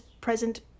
present